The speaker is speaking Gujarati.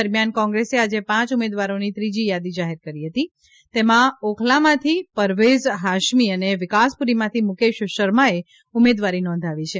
દરમિયાન કોંગ્રેસે આજે પાંચ ઉમેદવારોની ત્રીજી યાદી જાહેર કરી હતી તેમાં ઓખલામાંથી પરવેઝ હાશમી અને વિકાસપુરીમાંથી મુકેશ શર્માએ ઉમેદવારી નોંધાવી છે